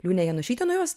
liūne janušytė nu jos